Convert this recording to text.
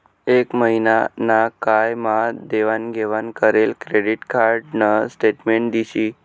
एक महिना ना काय मा देवाण घेवाण करेल क्रेडिट कार्ड न स्टेटमेंट दिशी